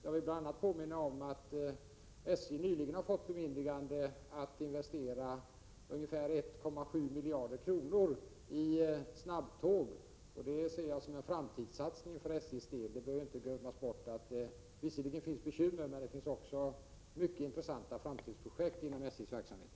Jag vill bl.a. påminna om att SJ nyligen har fått bemyndigande att investera ungefär 1,7 miljarder kronor i snabbtåg. Det ser jag som en framtidssatsning för SJ:s del. Det finns bekymmer, men det bör inte glömmas bort att det som sagt också finns mycket intressanta framtidsprojekt inom SJ:s verksamhet.